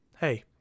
hey